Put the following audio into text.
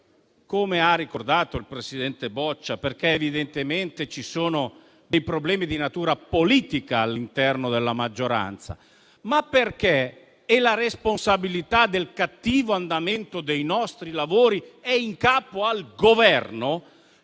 come ha ricordato il presidente Boccia, perché evidentemente ci sono problemi di natura politica all'interno della maggioranza, ma perché - e la responsabilità del cattivo andamento dei nostri lavori è in capo al Governo